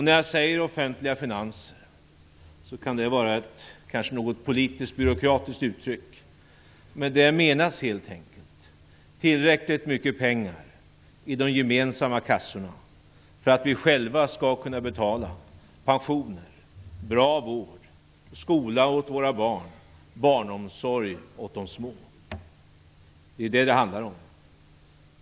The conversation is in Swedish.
När jag säger offentliga finanser kan det låta som ett politiskt byråkratiskt uttryck, men med detta menas helt enkelt tillräckligt mycket pengar i de gemensamma kassorna för att vi själva skall kunna betala pensioner, bra vård, skolor åt våra barn, barnomsorg åt de små. Det är vad det handlar om.